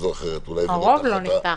הרוב לא נפתח.